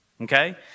okay